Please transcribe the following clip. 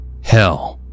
Hell